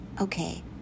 Okay